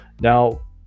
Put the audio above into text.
now